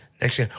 next